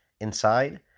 inside